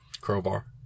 Crowbar